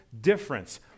difference